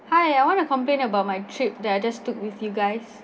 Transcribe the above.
hi I want to complain about my trip that I just took with you guys